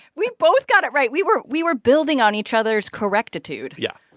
we both got it right. we were we were building on each other's correctitude yeah.